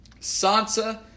Sansa